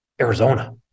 Arizona